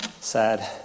Sad